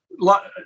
lot